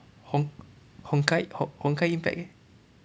hon~ honkai ho~ honkai impact eh